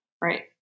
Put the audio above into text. Right